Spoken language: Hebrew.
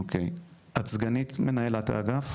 אוקי, את סגנית מנהל האגף?